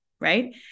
Right